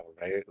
Right